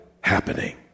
happening